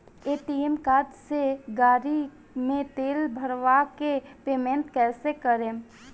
ATM card से गाड़ी मे तेल भरवा के पेमेंट कैसे करेम?